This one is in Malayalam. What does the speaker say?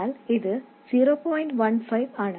15 ആണ്